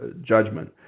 judgment